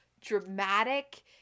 dramatic